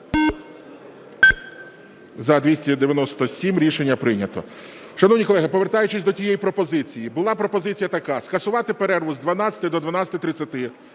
За-297 Рішення прийнято. Шановні колеги, повертаючись до тієї пропозиції. Була пропозиція така: скасувати перерву з 12 до 12:30.